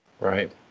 Right